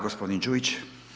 G. Đujić.